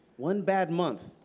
one bad month,